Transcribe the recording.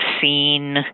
seen